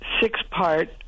six-part